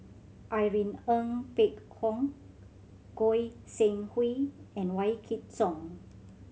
Irene Ng Phek Hoong Goi Seng Hui and Wykidd Song